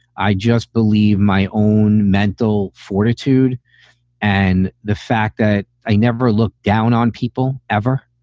i just believe my own mental fortitude and the fact that i never look down on people ever.